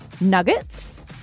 Nuggets